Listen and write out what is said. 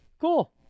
Cool